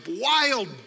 wild